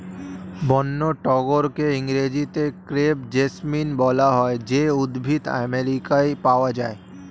বন্য টগরকে ইংরেজিতে ক্রেপ জেসমিন বলা হয় যে উদ্ভিদ আমেরিকায় পাওয়া যায়